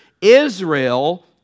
Israel